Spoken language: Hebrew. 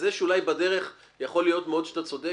זה שאולי בדרך יכול להיות מאוד שאתה צודק